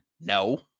No